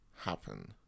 happen